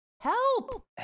Help